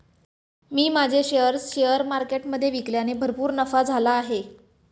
मी माझे shares share मार्केटमधे विकल्याने भरपूर नफा झाला आहे